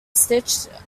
stitched